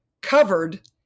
covered